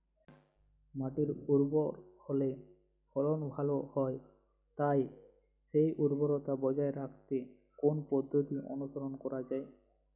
মাটি উর্বর হলে ফলন ভালো হয় তাই সেই উর্বরতা বজায় রাখতে কোন পদ্ধতি অনুসরণ করা যায়?